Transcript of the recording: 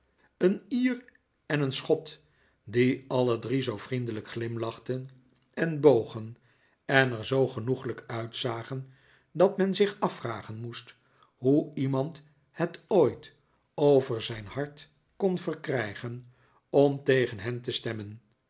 een ier en een schot die alle drie zoo vriendelijk glimlachten en bogen en er zoo genoeglijk uitzagen dat men zich afvragen moest hoe iemand het ooit over zijn hart kon verkrijgen om tegen hen te stemmen